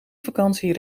vakantie